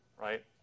Right